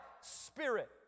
spirit